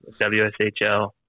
WSHL